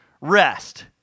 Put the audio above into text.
rest